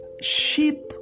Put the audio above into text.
Sheep